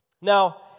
Now